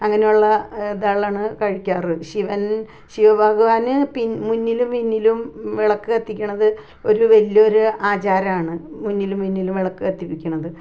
അങ്ങനെയുള്ള ഇത്ളാണ് കഴിക്കാറ് ശിവൻ ശിവഭാഗവാന് പിന്നെ മുന്നിലും പിന്നിലും വിളക്ക് കത്തിക്കുന്നത് ഒരു വലിയ ഒരു ആചാരമാണ് മുന്നിലും പിന്നിലും വിളക്ക് കത്തിപ്പിക്കുന്നത്